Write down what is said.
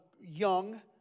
young